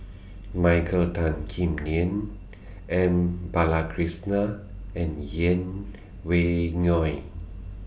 Michael Tan Kim Nei M Balakrishnan and Yeng Pway Ngon